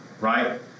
right